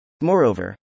Moreover